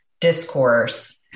discourse